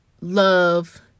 love